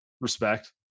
Respect